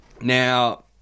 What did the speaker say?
Now